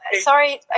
sorry